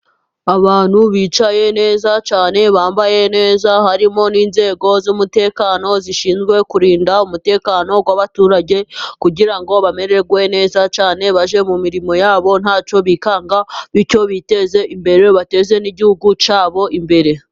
Abantu bicaye neza cyane bambaye neza. Harimo n'inzego z'umutekano zishinzwe kurinda umutekano w'abaturage, kugira ngo bamererwe neza cyane, bajye mu mirimo yabo nta cyo bikanga, bityo biteze imbere bateze n'Igihugu cyabo imbere.